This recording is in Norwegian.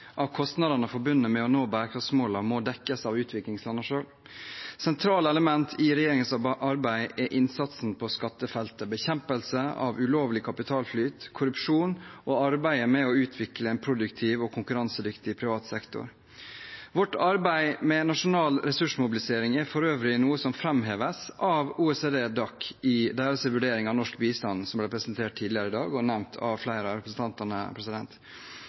av kostnadene forbundet med å nå bærekraftsmålene må dekkes av utviklingslandene selv. Sentrale elementer i regjeringens arbeid er innsatsen på skattefeltet, bekjempelse av ulovlig kapitalflyt og korrupsjon og arbeidet med å utvikle en produktiv og konkurransedyktig privat sektor. Vårt arbeid med nasjonal ressursmobilisering er for øvrig noe som framheves av OECD DAC i deres vurdering av norsk bistand, som ble presentert tidligere i dag og nevnt av flere av representantene.